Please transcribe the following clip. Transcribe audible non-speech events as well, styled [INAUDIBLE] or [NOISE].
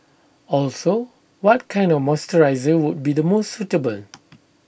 also what kind of moisturiser would be the most suitable [NOISE]